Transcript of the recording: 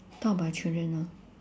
talk about your children lor